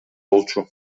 болчу